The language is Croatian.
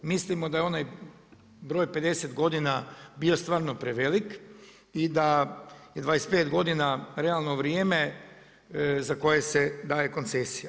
Mislimo da je onaj broj 50 godina bio stvarno prevelik i da je stvarno 25 godina realno vrijeme za koje se daje koncesija.